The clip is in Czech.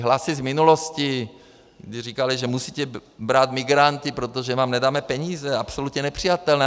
Hlasy z minulosti, kdy říkaly, že musíte brát migranty, protože nám nedají peníze, to je absolutně nepřijatelné.